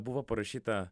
buvo parašyta